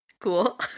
Cool